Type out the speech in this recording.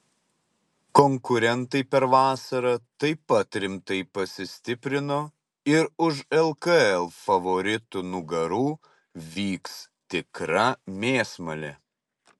konkurentai per vasarą taip pat rimtai pasistiprino ir už lkl favoritų nugarų vyks tikra mėsmalė